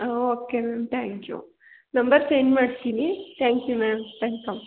okay ma'am thank you number send ಮಾಡ್ತೀನಿ thank you ma'am welcome